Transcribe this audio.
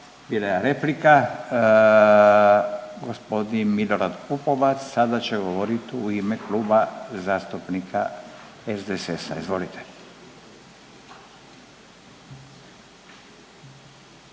bila je replika. Gospodin Milorad Pupovac sada će govorit u ime Kluba zastupnika SDSS-a, izvolite.